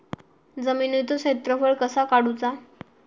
जमिनीचो क्षेत्रफळ कसा काढुचा?